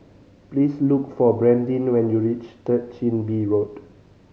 please look for Brandyn when you reach Third Chin Bee Road